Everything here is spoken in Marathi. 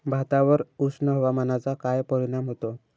भातावर उष्ण हवामानाचा काय परिणाम होतो?